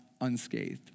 unscathed